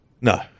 No